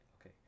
Okay